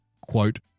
quote